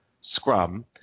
scrum